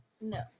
no